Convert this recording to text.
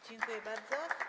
Dziękuję bardzo.